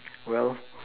well